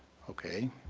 okay.